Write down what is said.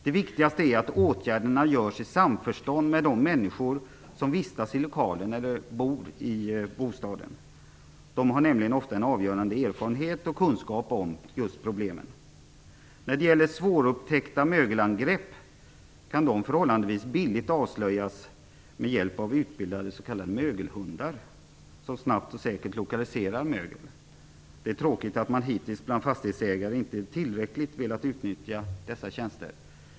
Det viktigaste är att åtgärderna görs i samförstånd med de människor som vistas i lokalen eller som bor i bostaden. De har nämligen ofta en avgörande erfarenhet och kunskap om problemen. De svårupptäckta mögelangreppen kan avslöjas förhållandevis billigt med hjälp av utbildade s.k. mögelhundar som snabbt och säkert lokaliserar mögel. Det är tråkigt att man från fastighetsägarnas sida hittills inte tillräckligt velat utnyttja dessa tjänster.